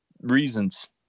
reasons